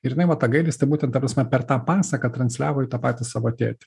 ir jinai va tą gailestį būtent ta prasme per tą pasaką transliavo į tą patį savo tėtį